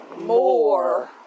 more